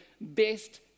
best